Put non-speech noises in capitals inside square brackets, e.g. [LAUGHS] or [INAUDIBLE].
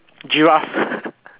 giraffe [LAUGHS]